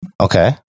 okay